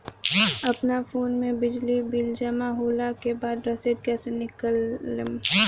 अपना फोन मे बिजली बिल जमा होला के बाद रसीद कैसे निकालम?